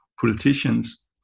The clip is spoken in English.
politicians